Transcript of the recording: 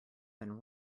than